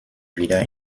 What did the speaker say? wieder